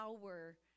power